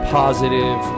positive